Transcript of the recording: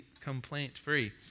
complaint-free